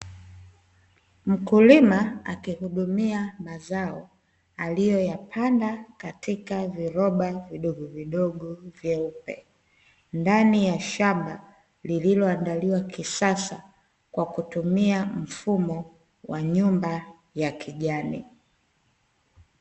Mkulima akihudumia mazao aliyo yapanda katika viroba vidogovidogo vyeupe, ndani ya shamba lililo andaliwa kisasa kwa kutumia mfumo wa nyumba ya kijani.